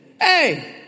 Hey